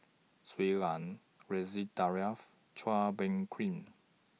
Shui Lan Ridzwan Dzafir Chua Bang Queen